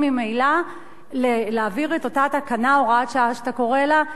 ממילא להעביר את אותה תקנה או הוראת שעה שאתה קורא לה,